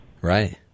right